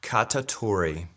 Katatori